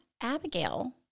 Abigail